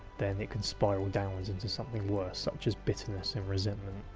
then it can spiral downwards into something worse such as bitterness and resentment,